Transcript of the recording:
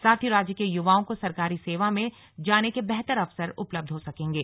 साथ ही राज्य के युवाओं को सरकारी सेवा में जाने के बेहतर अवसर उपलब्ध हो सकेंगे